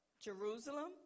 jerusalem